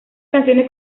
canciones